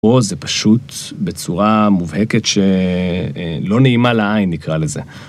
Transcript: פה זה פשוט בצורה מובהקת שלא נעימה לעין נקרא לזה.